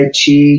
Chi